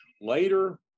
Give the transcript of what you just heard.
Later